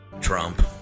Trump